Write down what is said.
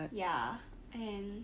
ya and